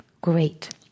Great